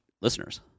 listeners